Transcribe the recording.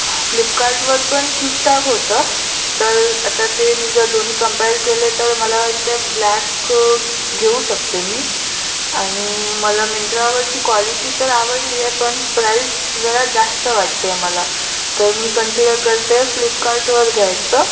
फ्लिपकार्टवर पण ठीकठाक होतं तर आता ते मी जर दोन्ही कंपेअर केले तर मला वाटते ब्लॅक घेऊ शकते मी आणि मला मिंत्रावरची क्वालिटी तर आवडली आहे पण प्राईस जरा जास्त वाटते आहे मला तर मी कन्सिडर करते फ्लिपकार्टवर घ्यायचं